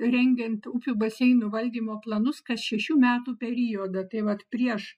rengiant upių baseinų valdymo planus kas šešių metų periodą tai vat prieš